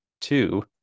two